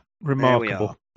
remarkable